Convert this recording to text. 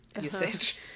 usage